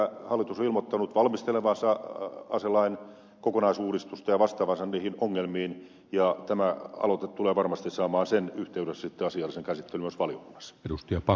hallitus on ilmoittanut valmistelevansa aselain kokonaisuudistusta ja vastaavansa niihin ongelmiin ja tämä aloite tulee varmasti saamaan sen yhteydessä sitten asiallisen käsittelyn myös valiokunnassa